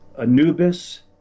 Anubis